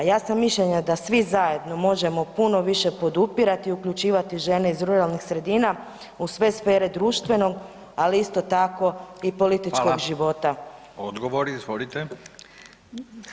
Ja sam mišljenja da svi zajedno možemo puno više podupirati uključivati žene iz ruralnih sredina u sve sfere društvenog, ali isto tako i političkog života.